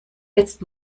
jetzt